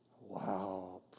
Wow